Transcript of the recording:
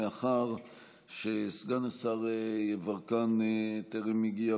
מאחר שסגן השר יברקן טרם הגיע,